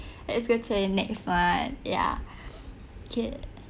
let's go and change next [one] ya okay